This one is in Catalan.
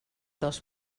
dels